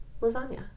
lasagna